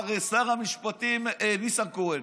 מר שר המשפטים ניסנקורן,